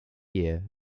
year